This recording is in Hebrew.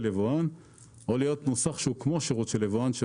יבואן או להיות מוסך שהוא כמו שירות של יבואן.